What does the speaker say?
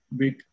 big